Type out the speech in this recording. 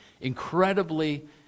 incredibly